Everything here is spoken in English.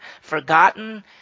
forgotten